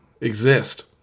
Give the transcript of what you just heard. exist